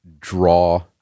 draw